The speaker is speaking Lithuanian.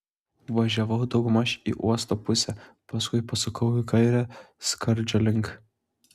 važiavau daugmaž į uosto pusę paskui pasukau į kairę skardžio link